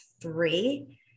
three